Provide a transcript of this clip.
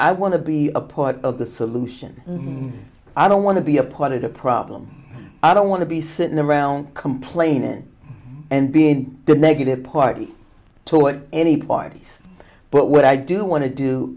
i want to be a part of the solution i don't want to be a part of the problem i don't want to be sitting around complaining and being the negative party to what any parties but what i do want to do